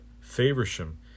Faversham